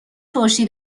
ترشی